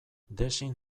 design